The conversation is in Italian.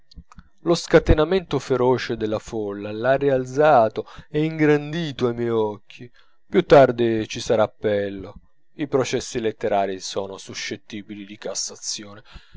lo scatenamento feroce della folla l'ha rialzato e ingrandito ai miei occhi più tardi ci sarà appello i processi letterari sono suscettibili di cassazione